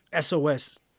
SOS